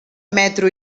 metro